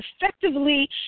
effectively